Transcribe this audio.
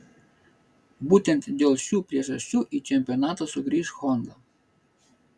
būtent dėl šių priežasčių į čempionatą sugrįš honda